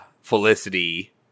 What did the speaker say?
Felicity